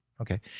Okay